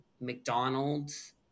McDonald's